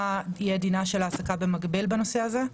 מה יהיה דינה של העסקה במקביל בנושא הזה?